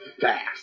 fast